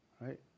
Right